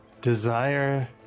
desire